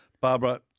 Barbara